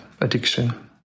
addiction